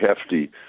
hefty